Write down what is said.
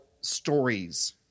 stories